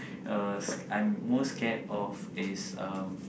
uh I'm most scared of is um